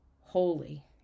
Holy